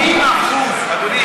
80% בדוק.